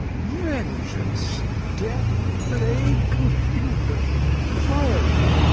vengeance, death, plague, confusion fiery!